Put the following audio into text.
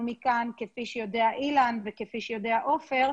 מכאן כפי שיודע אילן וכפי שיודע עופר,